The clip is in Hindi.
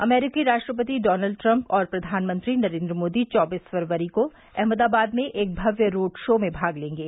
अमरीकी राष्ट्रपति डोनाल्ड ट्रंप और प्रधानमंत्री नरेंद्र मोदी चौबीस फरवरी को अहमदाबाद में एक भव्य रोड शो में भाग लेंगे